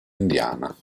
indiana